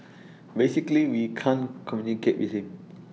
basically we can't communicate with him